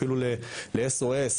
אפילו לאס.או.אס.